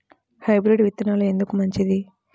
Hybrid విత్తనాలు ఎందుకు మంచిది?